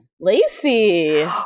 Lacey